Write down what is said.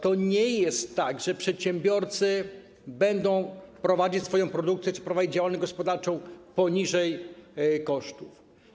To nie jest tak, że przedsiębiorcy będą prowadzić swoją produkcję czy prowadzić działalność gospodarczą poniżej kosztów.